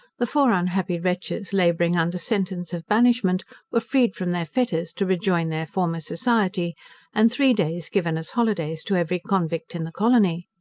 the four unhappy wretches labouring under sentence of banishment were freed from their fetters, to rejoin their former society and three days given as holidays to every convict in the colony.